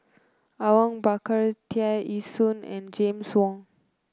Awang Bakar Tear Ee Soon and James Wong